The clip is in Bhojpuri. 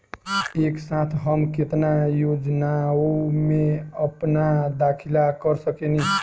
एक साथ हम केतना योजनाओ में अपना दाखिला कर सकेनी?